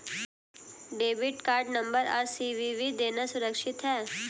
Debit card number और CVV देना सुरक्षित है?